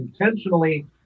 intentionally